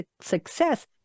success